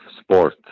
sport